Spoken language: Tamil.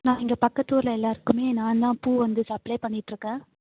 நான் இங்கே பக்கத்து ஊரில் எல்லாருக்குமே நான் தான் பூ வந்து சப்ளை பண்ணிகிட்டுருக்கேன்